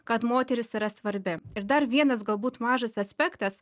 kad moteris yra svarbi ir dar vienas galbūt mažas aspektas